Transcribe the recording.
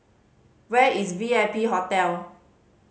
where is V I P Hotel